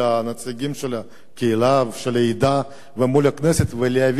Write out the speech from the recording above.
של הקהילה ושל העדה ומול הכנסת ולהביא עמדה אחרת,